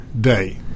day